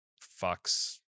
fox